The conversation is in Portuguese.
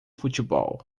futebol